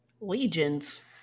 Legions